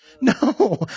No